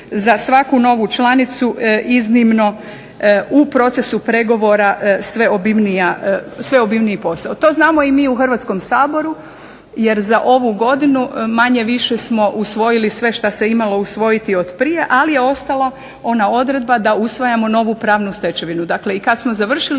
za svaku novu članicu iznimno u procesu pregovora sve obimniji posao. To znamo i mi u Hrvatskom saboru jer za ovu godinu manje-više smo usvojili sve što se imalo usvojiti od prije, ali je ostala ona odredba da usvajamo novu pravnu stečevinu. Dakle i kad smo završili